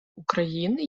україни